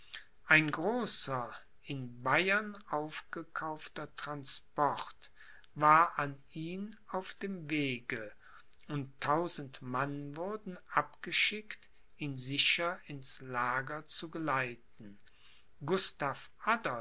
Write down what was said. ein großer in bayern aufgekaufter transport war an ihn auf dem wege und tausend mann wurden abgeschickt ihn sicher ins lager zu geleiten